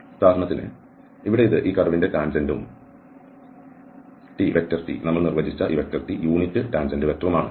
ഉദാഹരണത്തിന് ഇവിടെ ഇത് ഈ കർവിന്റെ ടാൻജന്റും ടി വെക്റ്റർ നമ്മൾ നിർവ്വചിച്ച ഈ വെക്ടർ T യൂണിറ്റ് ടാൻജന്റ് വെക്ടർമാണ്